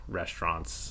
restaurants